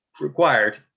required